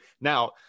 Now